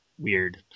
weird